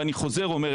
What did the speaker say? ואני חוזר ואומר,